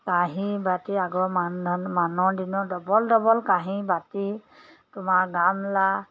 কাঁহী বাতি আগৰ মানধ মানৰ দিনৰ ডবল ডবল কাঁহী বাতি তোমাৰ গামলা